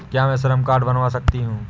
क्या मैं श्रम कार्ड बनवा सकती हूँ?